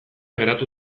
geratu